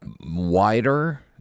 wider